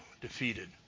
defeated